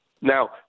Now